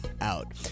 out